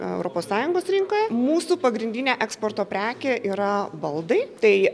europos sąjungos rinkoje mūsų pagrindinė eksporto prekė yra baldai tai